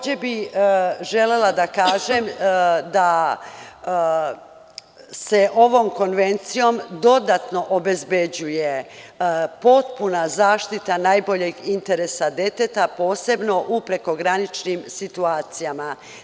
Želela bih da kažem da se ovom konvencijom dodatno obezbeđuje potpuna zaštita najboljeg interesa deteta posebno u prekograničnim situacijama.